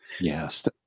Yes